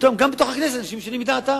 פתאום גם בכנסת אנשים משנים את דעתם.